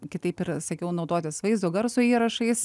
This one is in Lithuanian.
kitaip ir sakiau naudotis vaizdo garso įrašais